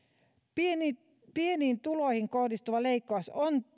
pieniin tuloihin kohdistuva leikkaus on